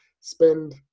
spend